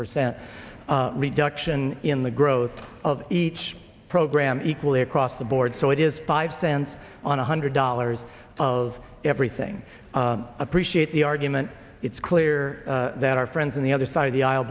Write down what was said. percent reduction in the growth of each program equally across the board so it is five cents on one hundred dollars of everything appreciate the argument it's clear that our friends on the other side of the aisle